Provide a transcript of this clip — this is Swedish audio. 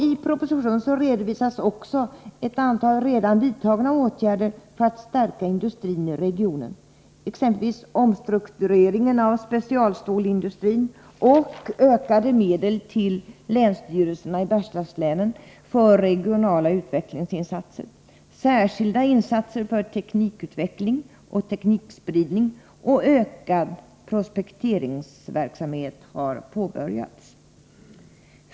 I propositionen redovisas också ett antal redan vidtagna åtgärder för att stärka industrin i regionen, exempelvis omstruktureringen av specialstålsindustrin och ökade medel till länsstyrelserna i Bergslagslänen för regionala utvecklingsinsatser. Särskilda insatser för teknikutveckling och teknikspridning samt ökad prospekteringsverksamhet har också påbörjats.